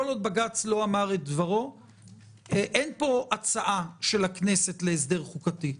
כל עוד בג"ץ לא אמר את דברו אין פה הצעה של הכנסת להסדר חוקתי.